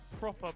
proper